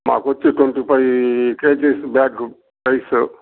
మాకు వచ్చి twenty five kgs bag rice